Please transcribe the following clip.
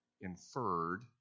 inferred